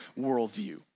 worldview